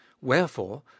wherefore